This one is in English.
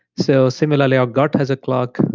so similarly, our gut has a clock.